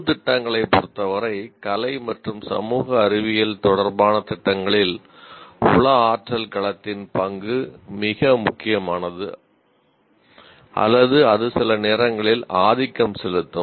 பொது திட்டங்களைப் பொறுத்தவரை கலை மற்றும் சமூக அறிவியல் தொடர்பான திட்டங்களில் உள ஆற்றல் களத்தின் பங்கு மிக முக்கியமானது அல்லது அது சில நேரங்களில் ஆதிக்கம் செலுத்தும்